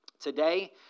Today